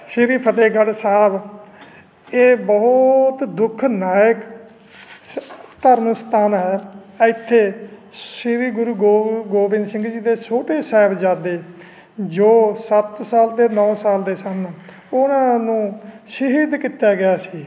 ਸ਼੍ਰੀ ਫਤਿਹਗੜ੍ਹ ਸਾਹਿਬ ਇਹ ਬਹੁਤ ਦੁੱਖ ਦਾਇਕ ਸ ਧਰਮ ਸਥਾਨ ਹੈ ਇੱਥੇ ਸ਼੍ਰੀ ਗੁਰੂ ਗੋ ਗੋਬਿੰਦ ਸਿੰਘ ਜੀ ਦੇ ਛੋਟੇ ਸਾਹਿਬਜ਼ਾਦੇ ਜੋ ਸੱਤ ਸਾਲ ਅਤੇ ਨੌਂ ਸਾਲ ਦੇ ਸਨ ਉਹਨਾਂ ਨੂੰ ਸ਼ਹੀਦ ਕੀਤਾ ਗਿਆ ਸੀ